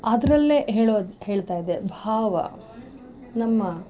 ಅದರಲ್ಲೇ ಹೇಳೋದು ಹೇಳ್ತಾಯಿದೆ ಭಾವ ನಮ್ಮ